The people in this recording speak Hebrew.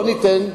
לא ניתן.